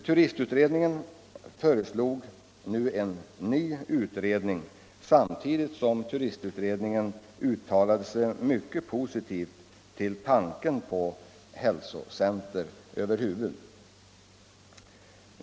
Turistutredningen föreslog en ny utredning, samtidigt som man uttalade sig mycket positivt för tanken på hälsocenter över huvud.